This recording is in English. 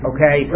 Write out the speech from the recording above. Okay